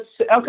okay